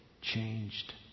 changed